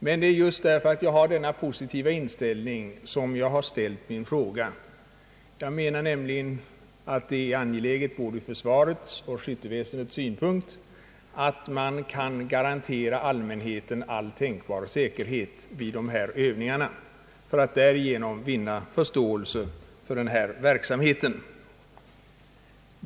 Men det är just för att jag har denna positiva inställning som jag har ställt min fråga. Jag anser nämligen att det är angeläget, både ur försvarets och skytteväsendets synpunkt, att man kan garantera allmänheten all tänkbar säkerhet vid övningarna, för att därigenom vinna förståelse för verksamheten.